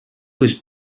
was